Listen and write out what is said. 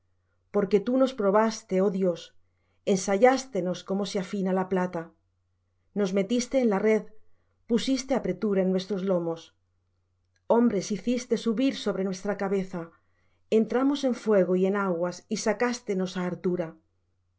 porque tú nos probaste oh dios ensayástenos como se afina la plata nos metiste en la red pusiste apretura en nuestros lomos hombres hiciste subir sobre nuestra cabeza entramos en fuego y en aguas y sacástenos á hartura